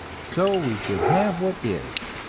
so we should have what is,